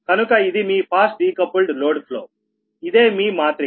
కనుక ఇది మీ ఫాస్ట్ డికపుల్డ్ లోడ్ ఫ్లోఇదే మీ మాత్రిక